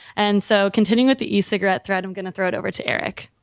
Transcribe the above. and so continuing with the e-cigarette thread, i'm gonna throw it over to eric.